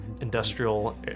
industrial